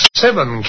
seven